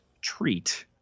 Treat